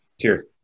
Cheers